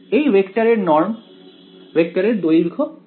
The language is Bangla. এই ভেক্টরের নর্ম ভেক্টরের দৈর্ঘ্য কি